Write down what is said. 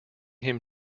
him